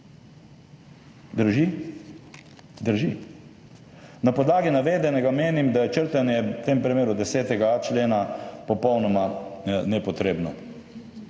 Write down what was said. Drži? Drži. Na podlagi navedenega menim, da je črtanje v tem primeru 10.a člena popolnoma nepotrebno.